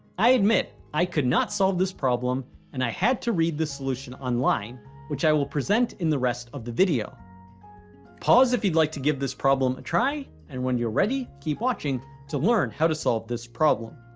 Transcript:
i admit, i could not solve this problem and i had to read the solution online which i will present in the rest of the video pause if you'd like to give this problem a try and when you're ready keep watching to learn how to solve this problem